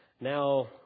now